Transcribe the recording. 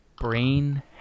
Brain